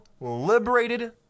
liberated